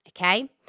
okay